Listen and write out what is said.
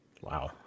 Wow